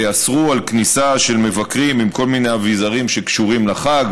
יאסרו כניסה של מבקרים עם כל מיני אביזרים שקשורים לחג,